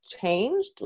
changed